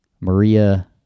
Maria